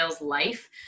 life